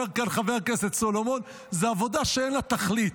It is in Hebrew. אומר כאן חבר הכנסת סולומון שזאת עבודה שאין לה תכלית.